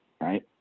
right